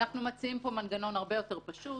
אנחנו מציעים פה מנגנון הרבה יותר פשוט.